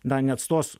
na neatstos